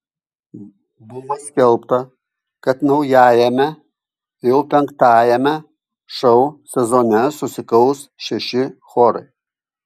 buvo skelbta kad naujajame jau penktajame šou sezone susikaus šeši chorai